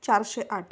चारशे आठ